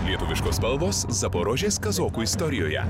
lietuviškos spalvos zaporožės kazokų istorijoje